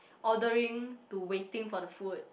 ordering to waiting for the food